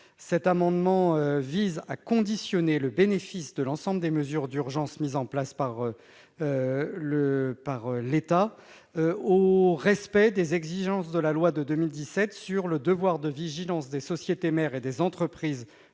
Cet amendement vise à conditionner le bénéfice de l'ensemble des mesures d'urgence mises en place par l'État au respect des exigences de la loi du 27 mars 2017 relative au devoir de vigilance des sociétés mères et des entreprises donneuses